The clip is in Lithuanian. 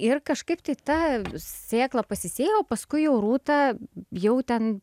ir kažkaip tai ta sėkla pasisėjo paskui jau rūta jau ten